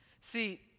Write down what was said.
See